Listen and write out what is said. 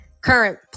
current